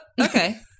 okay